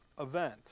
event